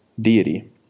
deity